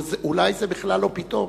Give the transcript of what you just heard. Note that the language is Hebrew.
ואולי זה בכלל לא פתאום,